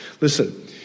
Listen